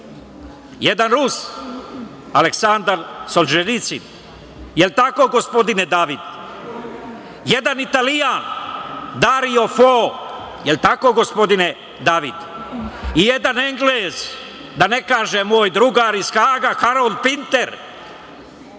Jedan Rus, Aleksandar Solženjicin. Da li je tako gospodine David? Jedan Italijan, Dario Fo. Da li je tako, gospodine David? Jedan Englez, da ne kažem moj drugar iz Haga, Harold Pinter.